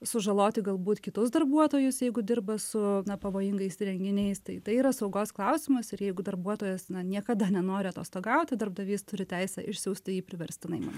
sužaloti galbūt kitus darbuotojus jeigu dirba su pavojingais įrenginiais tai tai yra saugos klausimas ir jeigu darbuotojas na niekada nenori atostogauti darbdavys turi teisę išsiųsti jį priverstinai